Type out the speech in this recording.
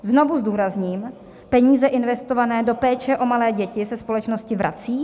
Znovu zdůrazním, peníze investované do péče o malé děti se společnosti vracejí.